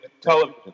television